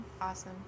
Awesome